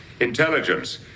intelligence